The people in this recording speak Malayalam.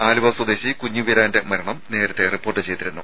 ആലുവ സ്വദേശി കുഞ്ഞുവീരാന്റെ മരണം നേരത്തെ റിപ്പോർട്ട് ചെയ്തിരുന്നു